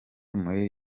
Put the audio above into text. muri